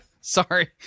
Sorry